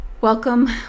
Welcome